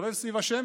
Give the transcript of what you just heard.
מסתובב סביב השמש.